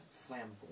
flamboyant